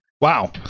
Wow